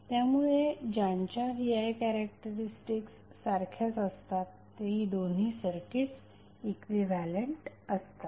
त्यामुळे ज्यांच्या V I characteristics सारख्याच असतात ती दोन्ही सर्किट्स इक्विव्हॅलेंट असतात